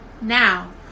Now